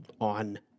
on